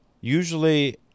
usually